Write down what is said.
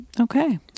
Okay